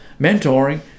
mentoring